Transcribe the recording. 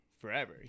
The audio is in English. forever